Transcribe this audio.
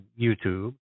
YouTube